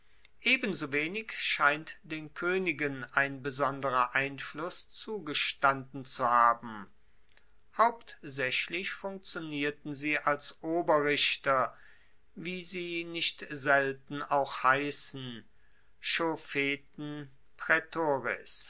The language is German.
ebensowenig scheint den koenigen ein besonderer einfluss zugestanden zu haben hauptsaechlich funktionierten sie als oberrichter wie sie nicht selten auch heissen